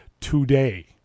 today